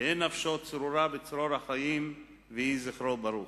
תהא נפשו צרורה בצרור החיים ויהי זכרו ברוך.